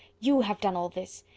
you have done all this!